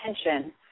attention